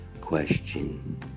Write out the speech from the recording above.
question